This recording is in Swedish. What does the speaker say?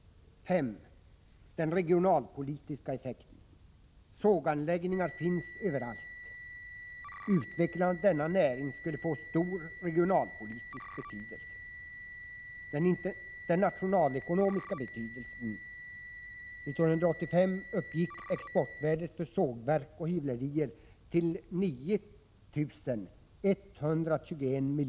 5. Den regionalpolitiska effekten. Såganläggningar finns överallt. Utvecklandet av denna näring skulle få stor regionalpolitisk betydelse.